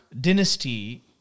dynasty